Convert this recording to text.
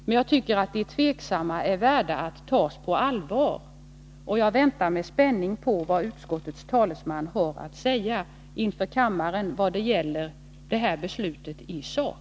Men jag tycker att de tveksamma är värda att tas på allvar, och jag väntar med spänning på vad utskottets talesman har att säga inför kammaren vad gäller Nr 133